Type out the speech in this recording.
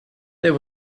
there